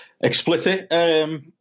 Explicit